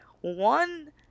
one